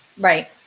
right